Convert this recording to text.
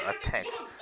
attacks